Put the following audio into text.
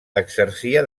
exercia